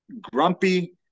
grumpy